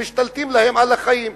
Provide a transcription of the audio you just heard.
שמשתלטים להם על החיים?